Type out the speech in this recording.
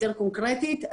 יותר קונקרטית,